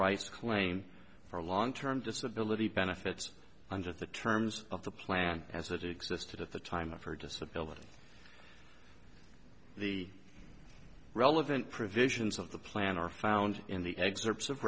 rice claimed for long term disability benefits under the terms of the plan as it existed at the time of her disability the relevant provisions of the plan are found in the